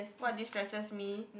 what distresses me